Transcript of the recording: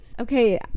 Okay